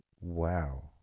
Wow